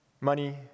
money